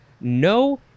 no